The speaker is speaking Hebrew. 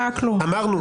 אמרנו,